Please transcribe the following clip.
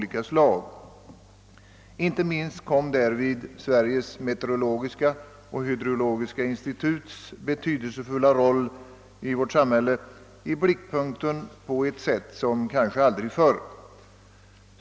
Inte minst kom därvid Sveriges meteorologiska och hydrologiska instituts betydelsefulla roll i vårt samhälle i blickpunkten på ett sätt som kanske aldrig förr.